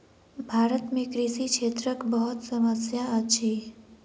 भारत में कृषि क्षेत्रक बहुत समस्या अछि